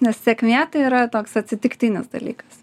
nes sėkmė tai yra toks atsitiktinis dalykas